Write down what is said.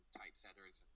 typesetters